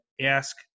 ask